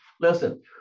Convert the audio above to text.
Listen